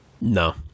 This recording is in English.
No